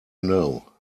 know